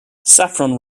saffron